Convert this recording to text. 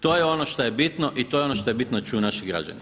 To je ono što je bitno i to je ono što je bitno da čuju naši građani.